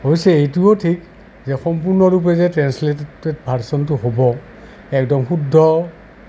অৱশ্য এইটোও ঠিক যে সম্পূৰ্ণৰূপে যে ট্ৰেঞ্চলেটেড ভাৰ্ছনটো হ'ব একদম শুদ্ধ